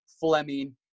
Fleming